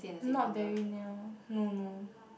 not very near no no